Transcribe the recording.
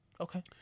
Okay